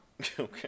Okay